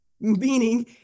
meaning